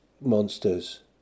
monsters